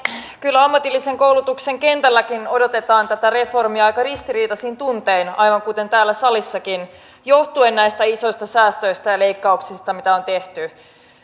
kyllä ammatillisen koulutuksen kentälläkin odotetaan tätä reformia aika ristiriitaisin tuntein aivan kuten täällä salissakin johtuen näistä isoista säästöistä ja leikkauksista mitä on tehty